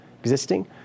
existing